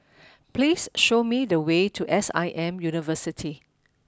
please show me the way to S I M University